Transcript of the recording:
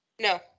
No